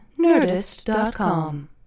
Nerdist.com